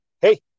Hey